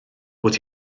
bod